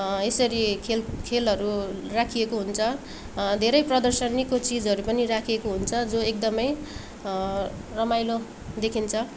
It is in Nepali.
यसरी खेल खेलहरू राखिएको हुन्छ धेरै प्रदर्शनीको चिजहरू पनि राखिएको हुन्छ जो एकदमै रमाइलो देखिन्छ